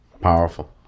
Powerful